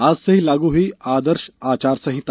आज से ही लागू हुई आदर्श आचार संहिता